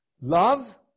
love